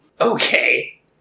Okay